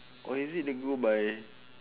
or is it they go by